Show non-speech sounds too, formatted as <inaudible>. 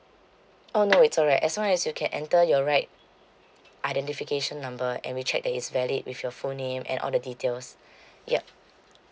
oh no it's alright as long as you can enter your right identification number and we check that is valid with your full name and all the details <breath> yup